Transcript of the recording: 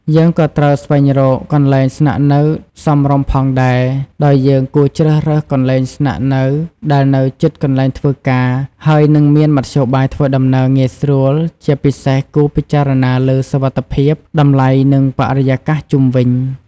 យើងក៏ត្រូវស្វែងរកកន្លែងស្នាក់នៅសមរម្យផងដែរ ដោយយើងគួរជ្រើសរើសកន្លែងស្នាក់នៅដែលនៅជិតកន្លែងធ្វើការ ហើយនឹងមានមធ្យោបាយធ្វើដំណើរងាយស្រួល ជាពិសេសគួរពិចារណាលើសុវត្ថិភាព តម្លៃ និងបរិយាកាសជុំវិញ។